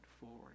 forward